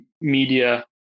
media